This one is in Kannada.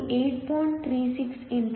ಆದ್ದರಿಂದ ಇದು 8